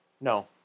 No